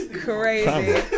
Crazy